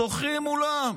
שוכרים אולם.